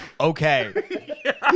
Okay